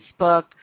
Facebook